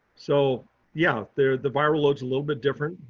so yeah, they're, the viral loads a little bit different,